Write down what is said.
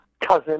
cousin